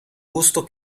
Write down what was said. gusto